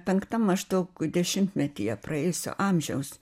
penktam maždaug dešimtmetyje praėjusio amžiaus